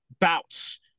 bouts